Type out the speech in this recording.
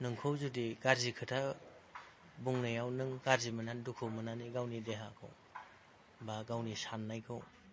नोंखौ जुदि गाज्रि खोथा बुंनायाव नों गाज्रि मोननानै दुखु मोननानै गावनि देहाखौ बा गावनि साननायखौ